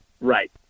Right